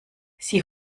sie